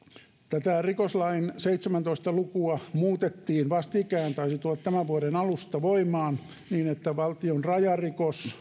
tätä rikoslain seitsemäntoista lukua muutettiin vastikään niin taisi tulla tämän vuoden alusta voimaan että valtionrajarikos